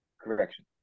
Correction